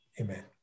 Amen